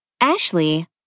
Ashley